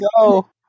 go